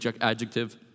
adjective